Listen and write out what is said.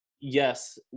Yes